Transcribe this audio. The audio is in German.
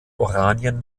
oranien